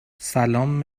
سلام